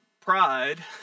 pride